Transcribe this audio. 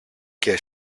και